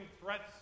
threats